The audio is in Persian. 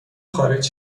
خارج